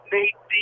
Nate